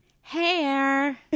Hair